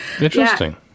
Interesting